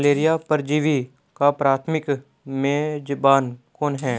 Malaria परजीवी का प्राथमिक मेजबान कौन है?